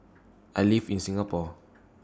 I live in Singapore